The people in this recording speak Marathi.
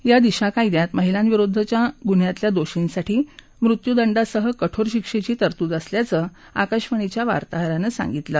या दिशा कायद्यात महिलांविरूद्वच्या गुन्ह्यांतल्या दोर्षीसाठी मृत्युदंडासह कठोर शिक्षेघी तरतूद असल्याचं आकाशवाणीच्या वार्ताहरानं सांगितलं